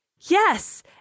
Yes